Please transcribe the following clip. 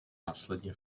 následně